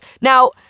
Now